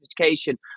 education